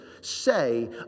say